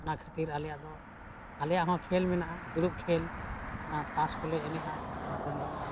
ᱚᱱᱟ ᱠᱷᱟᱹᱛᱤᱨ ᱟᱞᱮᱭᱟᱜ ᱫᱚ ᱟᱞᱮᱭᱟᱜ ᱦᱚᱸ ᱠᱷᱮᱞ ᱢᱮᱱᱟᱜᱼᱟ ᱫᱩᱲᱩᱵ ᱠᱷᱮᱞ ᱚᱱᱟ ᱛᱟᱥ ᱠᱚᱞᱮ ᱮᱱᱮᱡᱼᱟ ᱢᱚᱱᱳᱨᱚᱱᱡᱚᱱ ᱞᱟᱹᱜᱤᱫ